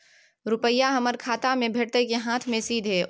रुपिया हमर खाता में भेटतै कि हाँथ मे सीधे?